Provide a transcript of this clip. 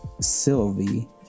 Sylvie